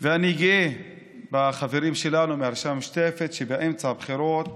ואני גאה בחברים שלנו מהרשימה המשותפת שבאמצע הבחירות